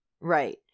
Right